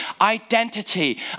identity